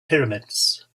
pyramids